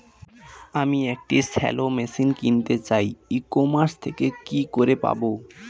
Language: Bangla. আমি একটি শ্যালো মেশিন কিনতে চাই ই কমার্স থেকে কি করে পাবো?